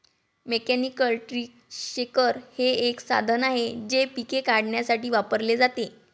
mechanical tree shaker हे एक साधन आहे जे पिके काढण्यासाठी वापरले जाते